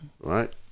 right